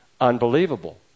unbelievable